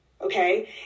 Okay